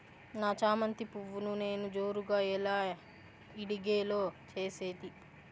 నా చామంతి పువ్వును నేను జోరుగా ఎలా ఇడిగే లో చేసేది?